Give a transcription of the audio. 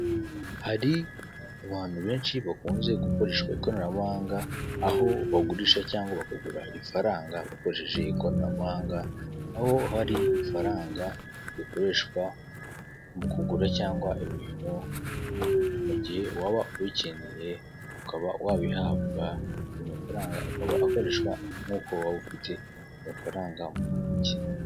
Hari abantu benshi bakunze gukoresha ikoranabuhanga aho bagurisha, cyangwa bakagura ifaranga aho hari ifaranga rikoreshwa mu kugura cyangwa ibintu mu gihe waba wakurikiye ukaba wabihabwa, amafaranga akaba akoreshwa nkuko waba ufite amafaranga mu ntoki.